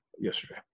yesterday